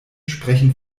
sprechen